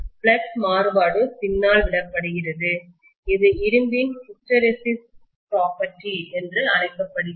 flux மாறுபாடு பின்னால் விடப்படுகிறது இது இரும்பின் ஹிஸ்டெரெசிஸ் பிராப்பர்டி என்று அழைக்கப்படுகிறது